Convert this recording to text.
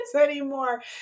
anymore